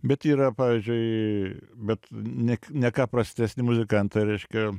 bet yra pavyzdžiui bet nek ne ką prastesni muzikantai reiškia